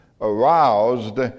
aroused